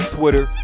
Twitter